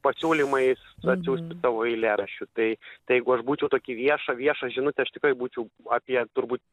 pasiūlymais atsiųst savo eilėraščių tai tai jeigu aš būčiau tokį viešą viešą žinutę aš tikrai būčiau apie turbūt